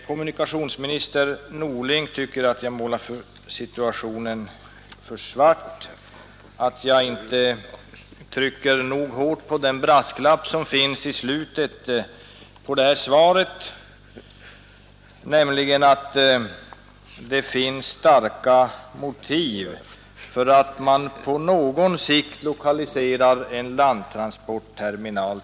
Kommunikationsminister Norling tycker att jag målar situationen för svart och att jag inte trycker nog hårt på den brasklapp som lagts med i slutet av svaret, nämligen ”att det finns starka motiv för att man till Kalix på någon sikt lokaliserar en landtransportterminal”.